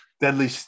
deadly